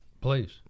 Please